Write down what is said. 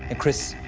ah chris.